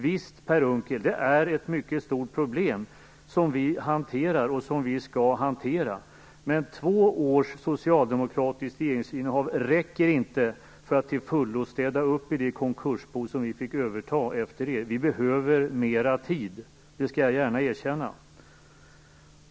Visst är det ett mycket stort problem som vi hanterar och skall hantera, Per Unckel, men två års socialdemokratiskt regeringsinnehav räcker inte för att till fullo städa upp i det konkursbo som vi fick överta efter er. Vi behöver mera tid. Det skall jag gärna erkänna.